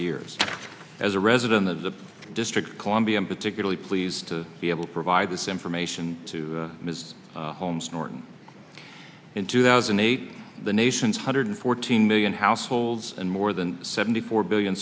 years as a resident of the district of columbia i'm particularly pleased to be able to provide this information to ms holmes norton in two thousand and eight the nation's hundred fourteen million households and more than seventy four billion